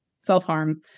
self-harm